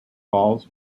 falls